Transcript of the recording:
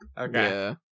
Okay